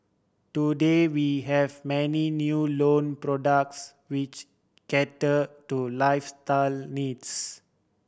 today we have many new loan products which cater to lifestyle needs